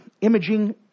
imaging